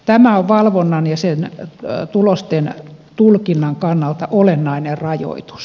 tämä on valvonnan ja sen tulosten tulkinnan kannalta olennainen rajoitus